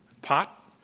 pot,